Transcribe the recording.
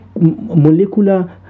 molecular